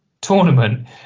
tournament